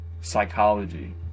psychology